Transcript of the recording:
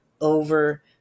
over